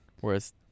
Whereas